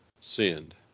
sinned